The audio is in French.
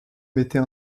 mettait